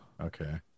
Okay